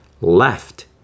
left